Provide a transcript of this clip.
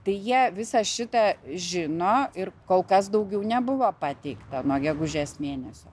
tai jie visą šitą žino ir kol kas daugiau nebuvo pateikta nuo gegužės mėnesio